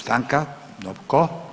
Stanka, tko?